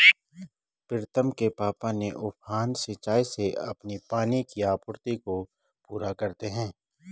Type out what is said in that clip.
प्रीतम के पापा ने उफान सिंचाई से अपनी पानी की आपूर्ति को पूरा करते हैं